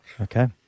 Okay